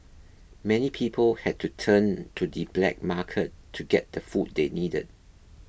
many people had to turn to the black market to get the food they needed